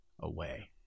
away